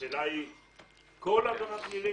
השאלה היא, האם כל עבירה פלילית?